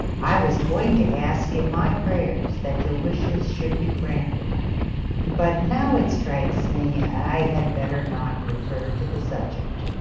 i was going to ask in my prayers that your wishes should be granted but now it strikes me i had better not refer to the subject.